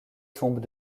tombent